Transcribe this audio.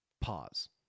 Pause